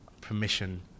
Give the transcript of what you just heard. permission-